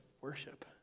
worship